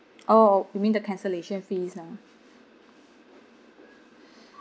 oh you mean the cancellation fees ah